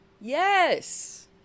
Yes